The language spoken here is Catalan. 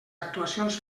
actuacions